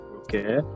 okay